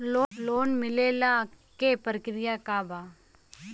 Loan मिलेला के प्रक्रिया का बा?